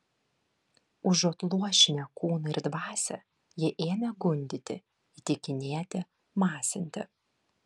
užuot luošinę kūną ir dvasią jie ėmė gundyti įtikinėti masinti